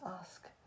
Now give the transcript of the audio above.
ask